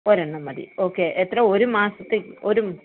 ഒരെണ്ണം മതി ഓക്കെ എത്ര ഒരു മാസത്തേക്ക് ഒരു